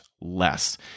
less